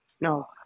No